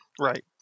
Right